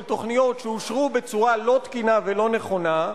תוכניות שאושרו בצורה לא תקינה ולא נכונה,